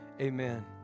Amen